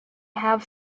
have